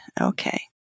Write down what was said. Okay